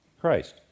Christ